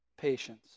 Patience